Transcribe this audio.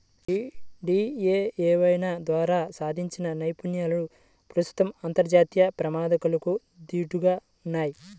DDUAY ద్వారా సాధించిన నైపుణ్యాలు ప్రస్తుతం అంతర్జాతీయ ప్రమాణాలకు దీటుగా ఉన్నయ్